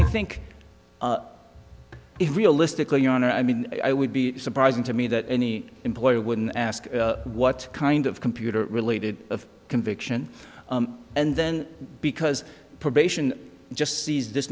i think it realistically your honor i mean i would be surprising to me that any employer wouldn't ask what kind of computer related of conviction and then because probation just sees this